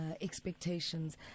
expectations